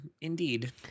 indeed